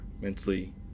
Mentally